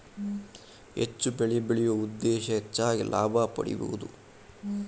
ಹೆಚ್ಚು ಬೆಳಿ ಬೆಳಿಯು ಉದ್ದೇಶಾ ಹೆಚಗಿ ಲಾಭಾ ಪಡಿಯುದು